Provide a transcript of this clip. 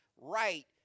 right